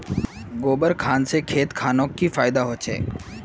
गोबर खान से खेत खानोक की फायदा होछै?